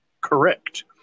Correct